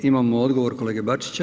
Imamo odgovor kolege Bačića.